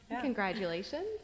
Congratulations